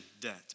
debt